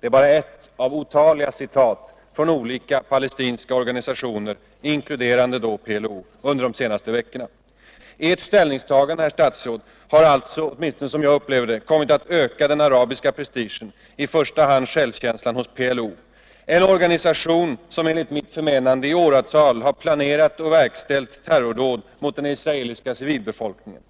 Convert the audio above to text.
Det är bara ett av otaliga citat från olika palestinska organisationer, inkluderande då PLO, under de senaste veckorna. Ert ställningstagande, herr statsråd, har alltså, åtminstone som jag upplever det, kommit att öka den arabiska prestigen, i första hand självkänslan hos PLO =— en organisation som i åratal har planerat och verkställt terrordåd mot den israeliska civilbefolkningen.